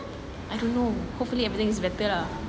I don't know hopefully everything's better lah